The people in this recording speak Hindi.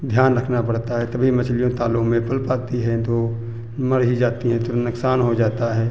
ध्यान रखना पड़ता है तभी मछलियों तालों में पल पाती हैं तो मर ही जाती हैं तुरंत नुकसान हो जाता है